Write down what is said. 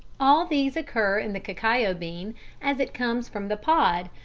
all these occur in the cacao bean as it comes from the pod,